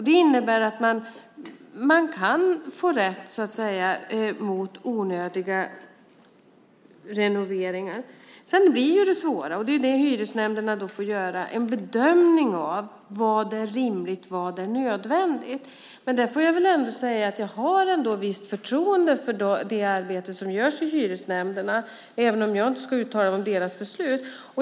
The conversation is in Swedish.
Det innebär att hyresgästen kan få rätt när det gäller onödiga renoveringar. I svåra fall är det hyresnämnderna som får göra en bedömning av vad som är rimligt och vad som är nödvändigt. Men där får jag ändå säga att jag har visst förtroende för det arbete som görs i hyresnämnderna, även om jag inte ska uttala mig om deras beslut.